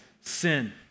sin